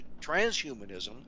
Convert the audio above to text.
transhumanism